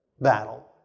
battle